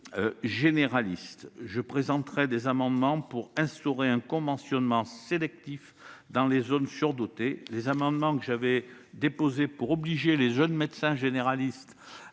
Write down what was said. généralistes. Je présenterai des amendements visant à instaurer un conventionnement sélectif dans les zones surdotées. Je regrette que les amendements que j'avais déposés tendant à obliger les jeunes médecins généralistes